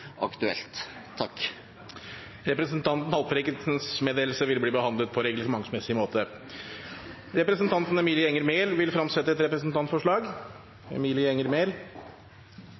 aktuelt. Representanten Lars Haltbrekkens meddelelse vil bli behandlet på reglementsmessig måte. Representanten Emilie Enger Mehl vil fremsette et representantforslag.